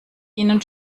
ihnen